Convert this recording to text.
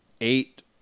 eight